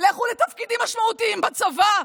לכו לתפקידים משמעותיים בצבא,